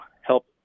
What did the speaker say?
help